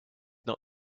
not